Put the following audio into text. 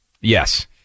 yes